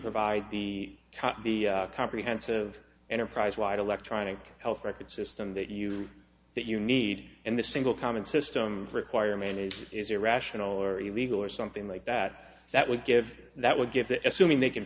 provide the top be comprehensive enterprise wide electronic health records system that you that you need and the single common system require management is irrational or illegal or something like that that would give that would get that assuming they can